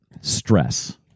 stress